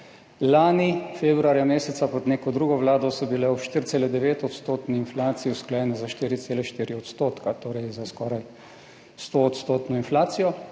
Lani februarja meseca pod neko drugo vlado so bile v 4,9 % inflaciji usklajene za 4,4 %, torej za skoraj sto odstotno inflacijo.